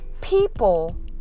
people